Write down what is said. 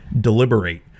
Deliberate